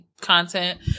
content